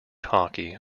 hockey